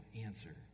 answer